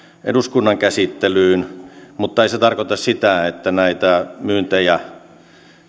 eduskunnan käsittelyyn mutta ei se tarkoita sitä että näitä myyntejä